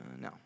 No